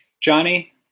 Johnny